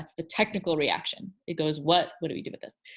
the technical reaction. it goes, what what do we do with this?